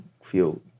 feel